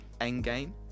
*Endgame*